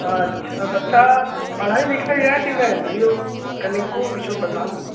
अच्छा बच्चा पढ़ै लिखैए की नहि तैयो कनीको किछुओ बताबु